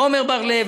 עמר בר-לב,